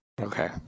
okay